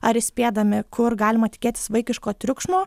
ar įspėdami kur galima tikėtis vaikiško triukšmo